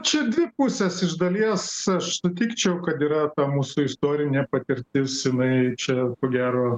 čia dvi pusės iš dalies sutikčiau kad yra ta mūsų istorinė patirtis jinai čia ko gero